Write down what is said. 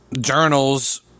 journals